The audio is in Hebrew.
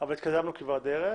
אבל התקדמנו כברת דרך.